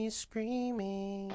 screaming